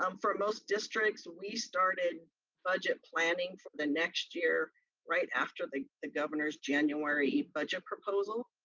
um for most districts, we started budget planning for the next year right after the the governor's january budget proposal.